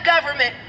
government